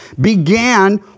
began